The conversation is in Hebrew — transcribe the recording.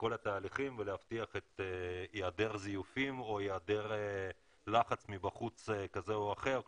כל התהליכים ולהבטיח את היעדר הזיופים או היעדר לחץ כזה או אחר מבחוץ.